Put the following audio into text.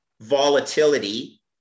volatility